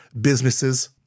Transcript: businesses